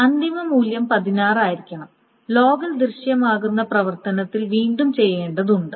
അന്തിമ മൂല്യം 16 ആയിരിക്കണം ലോഗിൽ ദൃശ്യമാകുന്ന പ്രവർത്തനത്തിൽ വീണ്ടും ചെയ്യേണ്ടതുണ്ട്